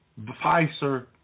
Pfizer